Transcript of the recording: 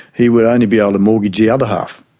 he would only be able to mortgage the other half.